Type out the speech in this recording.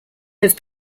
have